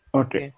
okay